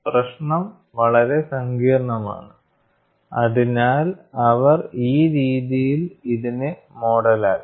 പ്രശ്നം വളരെ സങ്കീർണ്ണമാണ് അതിനാൽ അവർ ഈ രീതിയിൽ ഇതിനെ മോഡലാക്കി